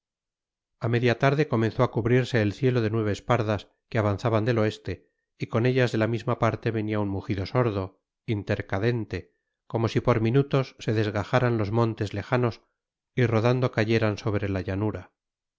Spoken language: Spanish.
a media tarde comenzó a cubrirse el cielo de nubes pardas que avanzaban del oeste y con ellas de la misma parte venía un mugido sordo intercadente como si por minutos se desgajaran los montes lejanos y rodando cayeran sobre la llanura